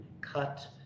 cut